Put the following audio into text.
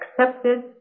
accepted